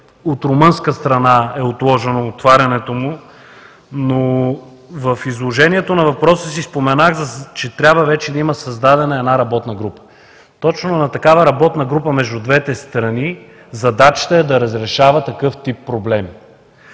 от румънска страна е отложено отварянето му, но в изложението на въпроса си споменах, че трябва вече да има създадена работна група. Точно на такава работна група – между двете страни, задачата е да разрешава такъв тип проблеми.